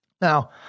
Now